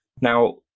Now